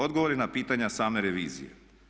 Odgovori na pitanja same revizije.